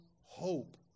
hope